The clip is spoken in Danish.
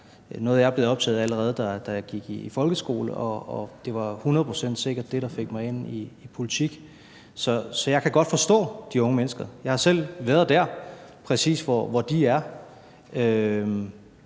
noget, jeg blev optaget af, allerede da jeg gik i folkeskole, og det var hundrede procent sikkert det, der fik mig ind i politik. Så jeg kan godt forstå de unge mennesker, for jeg har selv været præcis der, hvor de er